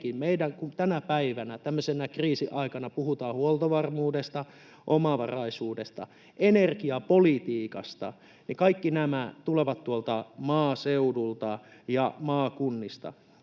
kun tänä päivänä, tämmöisenä kriisin aikana puhutaan huoltovarmuudesta, omavaraisuudesta ja energiapolitiikasta, niin kaikki nämä tulevat tuolta maaseudulta ja maakunnista.